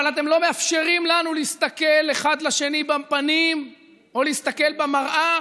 אבל אתם לא מאפשרים לנו להסתכל אחד לשני בפנים או להסתכל במראה